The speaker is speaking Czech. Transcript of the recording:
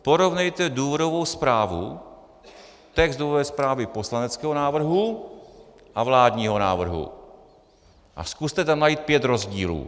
Porovnejte důvodovou zprávu, text důvodové zprávy poslaneckého návrhu a vládního návrhu a zkuste tam najít pět rozdílů.